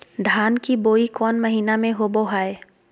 धान की बोई कौन महीना में होबो हाय?